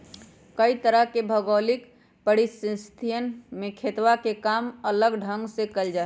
कई तरह के भौगोलिक परिस्थितियन में खेतवा के काम अलग ढंग से कइल जाहई